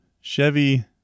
Chevy